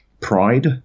pride